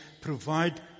provide